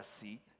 seat